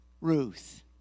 Ruth